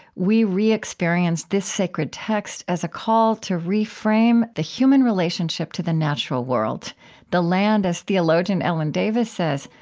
we re-experience this sacred text as a call to reframe the human relationship to the natural world the land, as theologian ellen davis says,